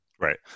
Right